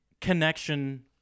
connection